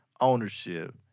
ownership